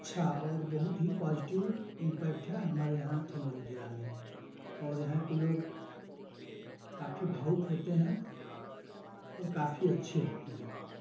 अच्छा और बहुत ही पॉज़िटिव इम्पैक्ट है हमारे यहाँ चंदौली जिला में और यहाँ के लोग काफ़ी भावुक होते हैं और काफ़ी अच्छे होते हैं